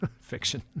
Fiction